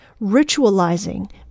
ritualizing